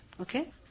Okay